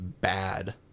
bad